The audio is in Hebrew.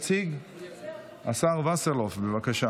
עברה בקריאה